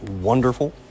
wonderful